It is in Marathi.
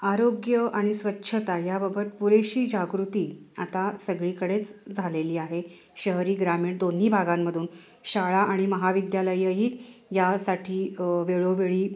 आरोग्य आणि स्वच्छता याबाबत पुरेशी जागृती आता सगळीकडेच झालेली आहे शहरी ग्रामीण दोन्ही भागांमधून शाळा आणि महाविद्यालयही यासाठी वेळोवेळी